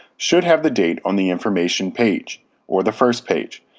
should have the date on the information page or the first page.